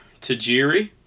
Tajiri